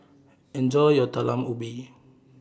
Enjoy your Talam Ubi